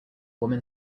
woman